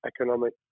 economic